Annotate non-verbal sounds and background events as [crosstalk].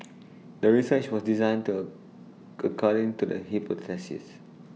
[noise] the research was designed [unintelligible] according to the hypothesis